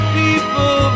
people